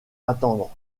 attendre